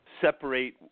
separate